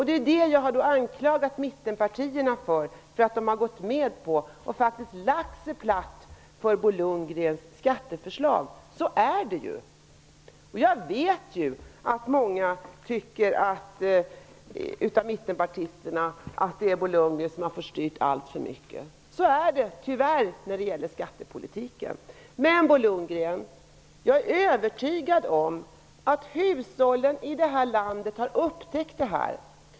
Det är det jag har anklagat mittenpartierna för, att de har gått med på och faktistk lagt sig platt för Bo Lundgrens skatteförslag. Så är det ju. Jag vet ju att många av mittenpartisterna tycker att Bo Lundgren har fått styra alltför mycket. Så är det tyvärr när det gäller skattepolitiken. Men, Bo Lundgren, jag är övertygad om att hushållen i det här landet har upptäckt detta.